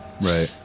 Right